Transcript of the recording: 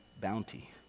bounty